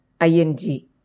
ing